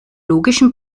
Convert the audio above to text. logischen